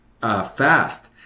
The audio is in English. fast